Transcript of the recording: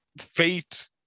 fate